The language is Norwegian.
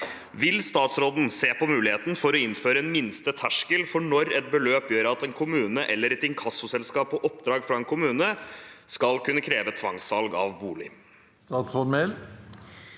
Vil statsråden se på muligheten for å innføre en minsteterskel for når et beløp gjør at kommunen eller et inkassoselskap på oppdrag fra en kommune skal kunne kreve tvangssalg av bolig?» Statsråd